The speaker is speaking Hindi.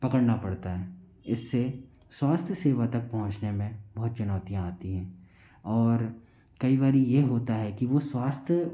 पकड़ना पड़ता है इससे स्वास्थ सेवा तक पहुँचने में बहुत चुनौतियाँ आती हैं और कई बारी ये होता है कि वो स्वास्थ्य